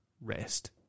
rest